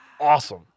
Awesome